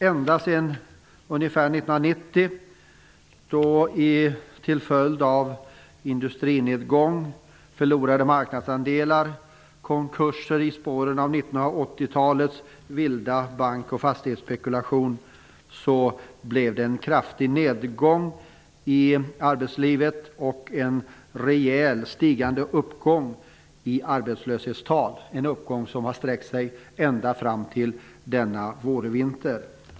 Ända sedan 1990, då vi till följd av industrinedgång förlorade marknadsandelar med konkurser i spåren av 1980 talets vilda bank och fastighetsspekulation, har det varit en kraftig nedgång i arbetslivet och en rejält stigande uppgång i arbetslöshetstal, en uppgång som har sträckt sig ända fram till denna vårvinter.